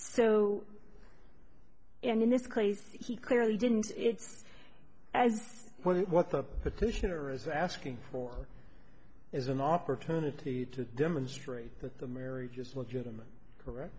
case he clearly didn't it's as well what the petitioner is asking for is an opportunity to demonstrate that the marriage is legitimate correct